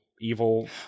evil